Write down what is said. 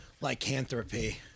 lycanthropy